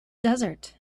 desert